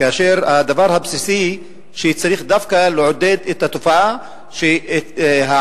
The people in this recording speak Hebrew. כאשר הדבר הבסיסי הוא שצריך דווקא לעודד את התופעה שהעמים